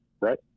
right